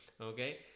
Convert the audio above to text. Okay